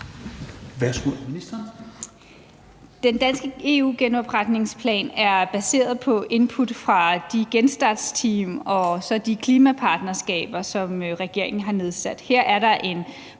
Den danske EU-genopretningsplan er baseret på input fra de genstartsteams og de klimapartnerskaber, som regeringen har nedsat.